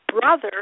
brother